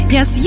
Yes